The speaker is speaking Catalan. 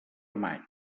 maig